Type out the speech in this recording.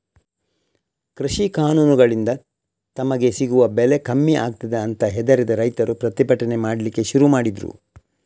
ಕೃಷಿ ಕಾನೂನುಗಳಿಂದ ತಮಗೆ ಸಿಗುವ ಬೆಲೆ ಕಮ್ಮಿ ಆಗ್ತದೆ ಅಂತ ಹೆದರಿದ ರೈತರು ಪ್ರತಿಭಟನೆ ಮಾಡ್ಲಿಕ್ಕೆ ಶುರು ಮಾಡಿದ್ರು